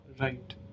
Right